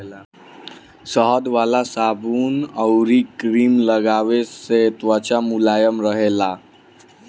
शहद वाला साबुन अउरी क्रीम लगवला से त्वचा मुलायम रहेला